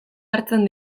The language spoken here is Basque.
hartzen